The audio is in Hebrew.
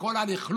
עם כל הלכלוך.